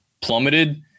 plummeted